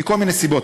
מכל מיני סיבות.